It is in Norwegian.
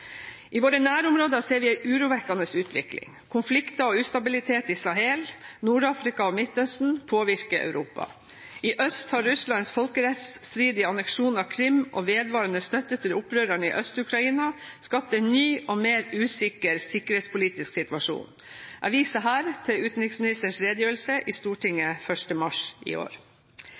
I våre nærområder ser vi en urovekkende utvikling. Konflikter og ustabilitet i Sahel, Nord-Afrika og Midtøsten påvirker Europa. I øst har Russlands folkerettsstridige anneksjon av Krim og vedvarende støtte til opprørerne i Øst-Ukraina skapt en ny og mer usikker sikkerhetspolitisk situasjon. Jeg viser her til utenriksministerens redegjørelse i Stortinget 1. mars i år.